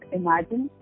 imagine